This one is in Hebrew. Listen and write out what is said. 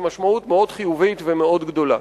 ומשמעות מאוד חיובית ומאוד גדולה.